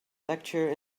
lecture